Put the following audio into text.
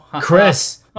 Chris